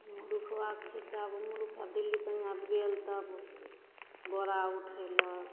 बिकुआके छै तब दिल्ली पञ्जाब गेल तब बोरा उठेलक